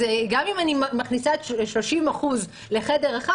אז גם אם אני מכניסה 30% לחדר אחד,